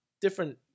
Different